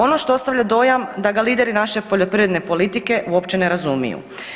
Ono što ostavlja dojam da ga lideri naše poljoprivredne politike uopće ne razumiju.